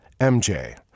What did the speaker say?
MJ